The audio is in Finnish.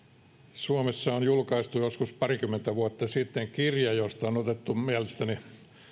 suomessa on julkaistu joskus parikymmentä vuotta sitten kirja josta on otettu mielestäni